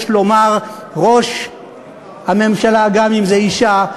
יש לומר "ראש הממשלה" גם אם זו אישה,